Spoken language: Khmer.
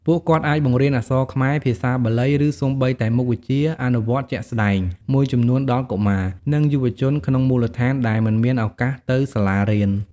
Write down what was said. ពួកគាត់អាចបង្រៀនអក្សរខ្មែរ ភាសាបាលី ឬសូម្បីតែមុខវិជ្ជាអនុវត្តជាក់ស្តែងមួយចំនួនដល់កុមារ និងយុវជនក្នុងមូលដ្ឋានដែលមិនមានឱកាសទៅសាលារៀន។